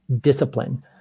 discipline